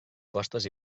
costes